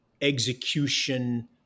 execution